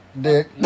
Dick